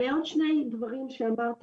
ועוד שני דברים שאמרת,